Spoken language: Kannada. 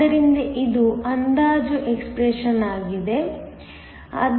ಆದ್ದರಿಂದ ಇದು ಅಂದಾಜು ಎಕ್ಸ್ಪ್ರೆಶನ್ಯಾಗಿದೆ